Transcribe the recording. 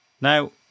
Now